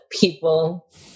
people